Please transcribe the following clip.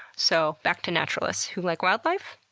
so, back to naturalists, who like wildlife,